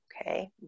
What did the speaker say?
Okay